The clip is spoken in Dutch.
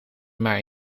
maar